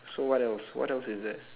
so what else what else is there